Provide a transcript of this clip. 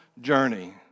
journey